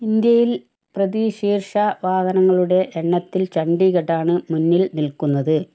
ഇന്ത്യയിൽ പ്രതിശീർഷ വാഹനങ്ങളുടെ എണ്ണത്തിൽ ചണ്ഡീഗഢാണ് മുന്നിൽ നിൽക്കുന്നത്